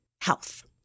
health